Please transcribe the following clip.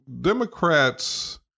Democrats